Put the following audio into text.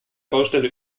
baustelle